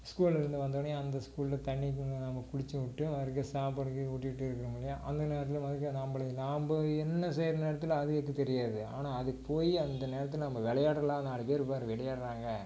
ஸ்கூல்லேருந்து வந்தொடனே அந்த ஸ்கூலில் தண்ணி நம்ம குளித்து விட்டு மறுக்கா சாப்பாடு கீது ஊட்டி விட்டு இருக்கோமில்லையா அந்த நேரத்தில் மறுக்கா நாம்மளே நான் போய் என்ன செய்கிறதுன்னு நேரத்தில் அதுகளுக்குத் தெரியாது ஆனால் அதுக்குப் போய் அந்த நேரத்தில் நம்ம விளையாடலாம் நாலு பேர் பார் விளையாட்றாங்க